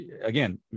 again